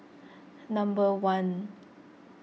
number one